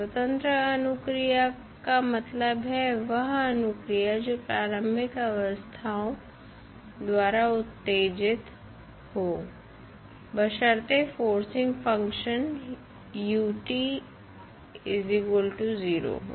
स्वतंत्र अनुक्रिया का मतलब है वह अनुक्रिया जो प्रारंभिक अवस्थाओं द्वारा उत्तेजित हो बशर्ते फोर्सिंग फंक्शन हो